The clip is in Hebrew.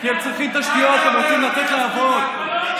כשהם פונים אליי ומבקשים ממני לעזור להם,